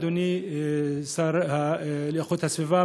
אדוני השר לאיכות הסביבה,